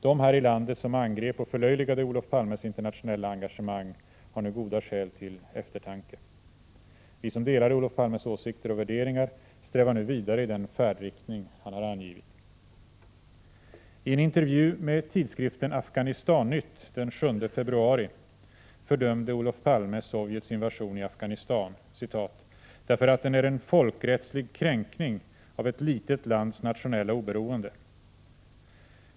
De här i landet som angrep och förlöjligade Olof Palmes internationella engagemang har nu goda skäl till eftertanke. Vi som delade Olof Palmes åsikter och värderingar strävar nu vidare i den färdriktning han har angivit. I en intervju med tidskriften Afghanistan-Nytt den 7 februari fördömde Olof Palme Sovjets invasion i Afghanistan ”därför att den är en folkrättslig kränkning av ett litet lands nationella oberoende...